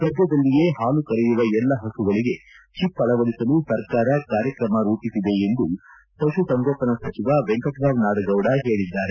ಸದ್ದದಲ್ಲಿಯೇ ಹಾಲು ಕರೆಯುವ ಎಲ್ಲ ಹಸುಗಳಿಗೆ ಚಿಪ್ ಅಳವಡಿಸಲು ಸರ್ಕಾರ ಕಾರ್ಯಕ್ರಮ ರೂಪಿಸಿದೆ ಎಂದು ಪಶು ಸಂಗೋಪನಾ ಸಚಿವ ವೆಂಕಟರಾವ್ ನಾಡಗೌಡ ಹೇಳಿದ್ದಾರೆ